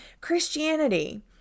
Christianity